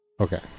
Okay